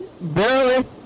Barely